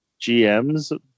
GMs